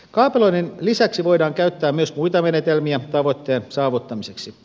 kaapeloinnin lisäksi voidaan käyttää myös muita menetelmiä tavoitteen saavuttamiseksi